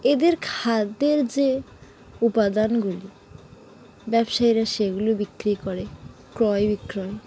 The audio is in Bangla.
এদের খাদ্যের যে উপাদানগুলি ব্যবসায়ীরা সেগুলো বিক্রি করে ক্রয় বিক্রয়